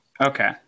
Okay